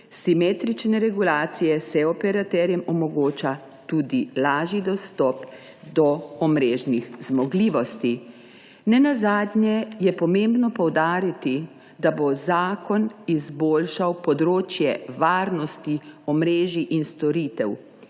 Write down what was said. simetrične regulacije se operaterjem omogoča tudi lažji dostop do omrežnih zmogljivosti. Nenazadnje je pomembno poudariti, da bo zakon izboljšal področje varnosti omrežij in storitev,